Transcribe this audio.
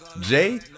Jay